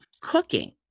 Cooking